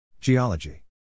Geology